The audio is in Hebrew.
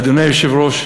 אדוני היושב-ראש,